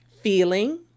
feeling